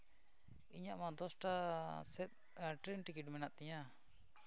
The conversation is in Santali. ᱤᱧᱟᱹᱜ ᱢᱟ ᱫᱚᱥᱴᱟ ᱥᱮᱫ ᱴᱨᱮᱹᱱ ᱴᱤᱠᱤᱴ ᱢᱮᱱᱟᱜ ᱛᱤᱧᱟᱹ